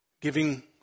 giving